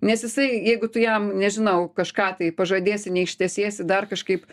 nes jisai jeigu tu jam nežinau kažką tai pažadėsi neištesėsi dar kažkaip